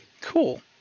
Cool